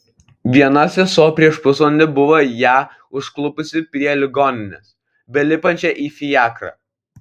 viena sesuo prieš pusvalandį buvo ją užklupusi prie ligoninės belipančią į fiakrą